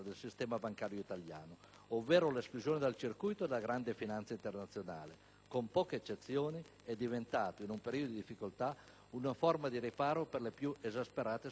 ovvero l'esclusione dal circuito della grande finanza internazionale, con poche eccezioni, è diventato, in un periodo di difficoltà, una forma di riparo contro le più esasperate speculazioni finanziarie.